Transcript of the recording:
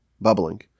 bubbling